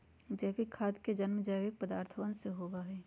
जैविक खाद के जन्म जैविक पदार्थवन से होबा हई